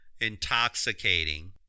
Intoxicating